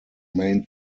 main